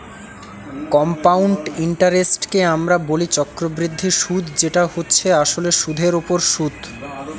compound ইন্টারেস্টকে আমরা বলি চক্রবৃদ্ধি সুধ যেটা হচ্ছে আসলে সুধের ওপর সুধ